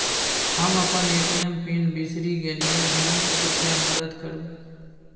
हम अपन ATM PIN बिसरि गलियै हन, कृपया मदद करु